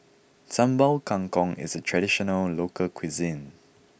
Sambal Kangkong is traditional local cuisine